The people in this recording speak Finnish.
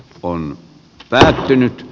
on päättynyt